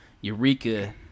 Eureka